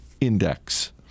Index